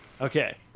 Okay